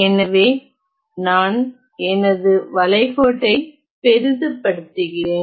எனவே நான் எனது வளைகோட்டை பெரிதுபடுத்துகிறேன்